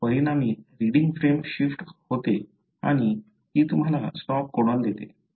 परिणामी reading frame shift होते आणि ती तुम्हाला स्टॉप कोडॉन देते